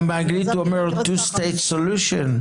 באנגלית הוא אומר "two-states solution".